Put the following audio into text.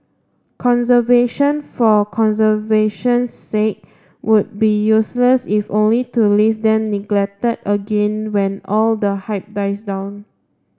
conservation for conservation's sake would be useless if only to leave them neglected again when all the hype dies down